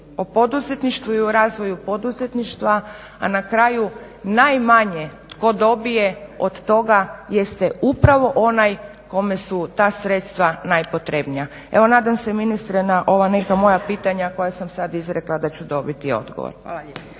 o poduzetništvu i o razvoju poduzetništva a na kraju najmanje tko dobije od toga jeste upravo onaj kome su ta sredstva najpotrebnija. Evo, nadam se ministre na ova neka moja pitanja koja sam sad izrekla da ću dobiti odgovor. Hvala lijepa.